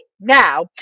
now